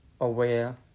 aware